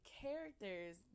characters